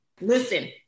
Listen